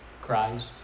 Cries